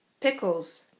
pickles